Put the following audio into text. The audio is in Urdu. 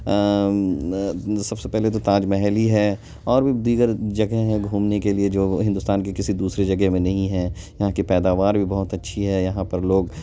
سب سے پہلے تو تاج محل ہی ہے اور بھی دیگر جگہیں ہیں گھومنے کے لیے جو وہ ہندوستان کی کسی دوسری جگہ میں نہیں ہے یہاں کہ پیدوار بھی بہت اچھی ہے یہاں پر لوگ